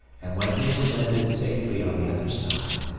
and when they were landed safely on the other side,